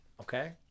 Okay